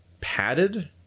Padded